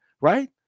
Right